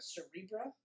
Cerebra